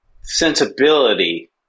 sensibility